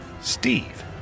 Steve